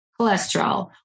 cholesterol